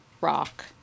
rock